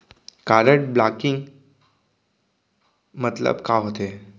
Card blocking मतलब का होथे?